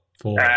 Four